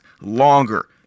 longer